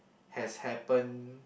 has happen